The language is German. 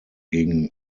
gegen